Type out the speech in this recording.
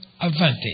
advantage